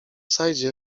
saidzie